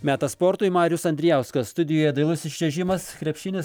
metas sportui marius andrijauskas studijoje dailusis čiuožimas krepšinis